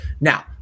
Now